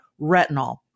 Retinol